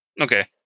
Okay